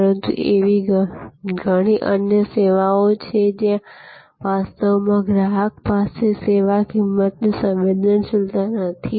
પરંતુ એવી ઘણી અન્ય સેવાઓ છે જ્યાં વાસ્તવમાં ગ્રાહક પાસે કિંમતની સંવેદનશીલતા નથી